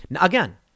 Again